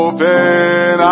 Open